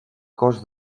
cos